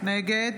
נגד